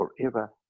forever